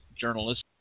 journalist